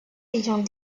ayant